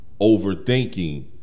overthinking